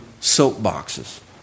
soapboxes